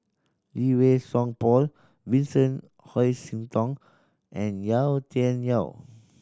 Lee Wei Song Paul Vincent Hoisington and Yau Tian Yau